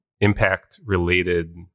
impact-related